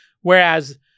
Whereas